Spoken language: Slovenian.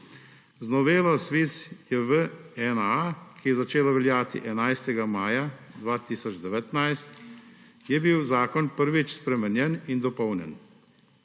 Z novelo ZVISJV-1A, ki je začela veljati 11. maja 2019, je bil zakon prvič spremenjen in dopolnjen.